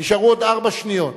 נשארו ארבע שניות.